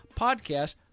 podcast